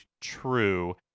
true